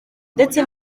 ndetse